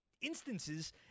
instances